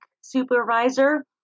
supervisor